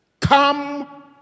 come